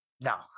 No